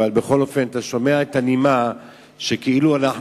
אבל בכל אופן אתה שומע נימה שכאילו אנחנו